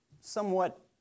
somewhat